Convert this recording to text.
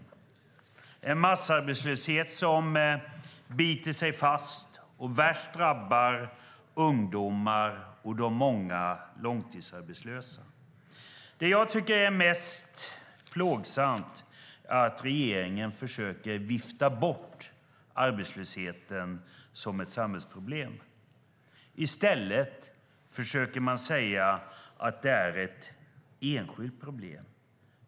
Det är en massarbetslöshet som biter sig fast. Värst drabbas ungdomar och de många långtidsarbetslösa. Det jag tycker är mest plågsamt är att regeringen försöker vifta bort arbetslösheten som samhällsproblem. I stället försöker man säga att det är ett enskilt problem.